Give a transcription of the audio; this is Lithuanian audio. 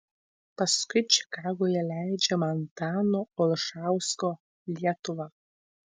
paskui čikagoje leidžiama antano olšausko lietuva